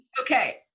okay